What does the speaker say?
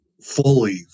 fully